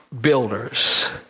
builders